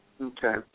Okay